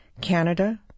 Canada